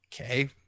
okay